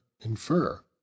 infer